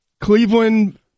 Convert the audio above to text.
Cleveland